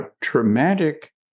traumatic